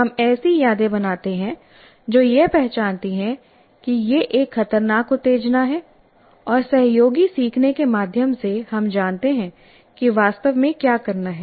हम ऐसी यादें बनाते हैं जो यह पहचानती हैं कि यह एक खतरनाक उत्तेजना है और सहयोगी सीखने के माध्यम से हम जानते हैं कि वास्तव में क्या करना है